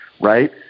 right